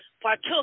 partook